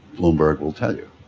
bloomberg will tell you.